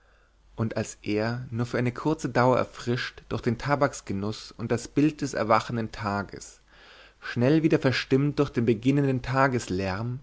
und als er nur für eine kurze dauer erfrischt durch den tabaksgenuß und das bild des erwachenden tages schnell wieder verstimmt durch den beginnenden tageslärm